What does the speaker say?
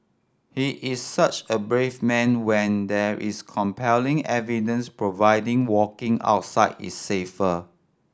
he is such a brave man when there is compelling evidence providing walking outside is safer